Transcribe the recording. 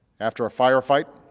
after a firefight,